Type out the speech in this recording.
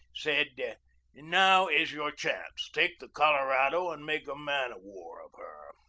said now is your chance! take the colorado and make a man-of-war of her.